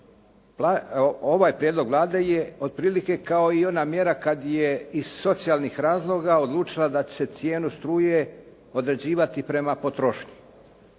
ovaj prijedlog Vlade je otprilike kao i ona mjera kad je iz socijalnih razloga odlučila da će cijenu struje određivati prema potrošnji.